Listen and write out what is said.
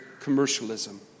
commercialism